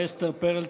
ואסתר פרל,